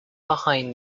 behind